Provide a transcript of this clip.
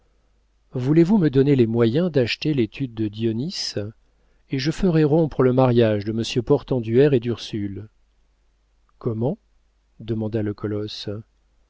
voulez-vous me donner les moyens d'acheter l'étude de dionis et je ferai rompre le mariage de monsieur portenduère et d'ursule comment demanda le colosse